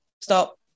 stop